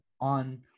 on